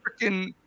freaking